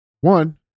one